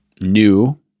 new